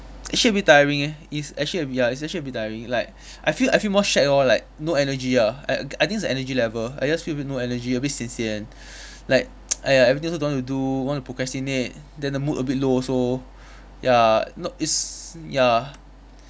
actually a bit tiring eh it's actually ya it's actually a bit tiring like I feel I feel more shagged lor like no energy ah I I think is the energy level I just feel a bit no energy a bit sian sian like !aiya! everything also don't want to do want to procrastinate then the mood a bit low also ya no it's ya